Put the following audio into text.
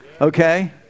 Okay